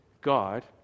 God